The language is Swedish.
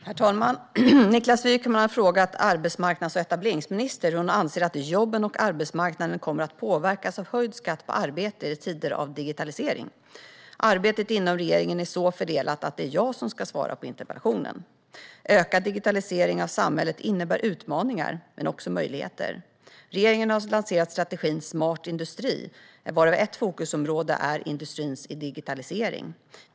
Herr talman! Niklas Wykman har frågat arbetsmarknads och etableringsministern hur hon anser att jobben och arbetsmarknaden kommer att påverkas av höjd skatt på arbete i tider av digitalisering. Arbetet inom regeringen är så fördelat att det är jag som ska svara på interpellationen. Ökad digitalisering av samhället innebär utmaningar men också möjligheter. Regeringen har lanserat strategin Smart industri, där ett fokusområde är industrins digitalisering.